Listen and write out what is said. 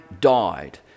died